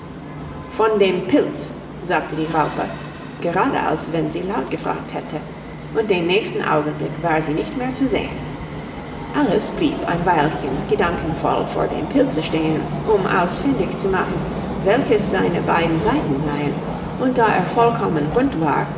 von dem pilz sagte die raupe gerade als wenn sie laut gefragt hätte und den nächsten augenblick war sie nicht mehr zu sehen alice blieb ein weilchen gedankenvoll vor dem pilze stehen um ausfindig zu machen welches seine beiden seiten seien und da er vollkommen rund war